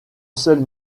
seule